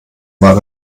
war